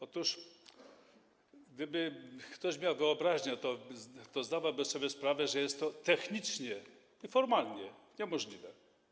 Otóż gdyby ktoś miał wyobraźnię, to zdawałby sobie sprawę, że jest to technicznie i formalnie niemożliwe.